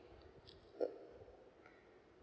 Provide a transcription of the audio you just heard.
oo